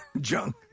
Junk